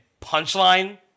punchline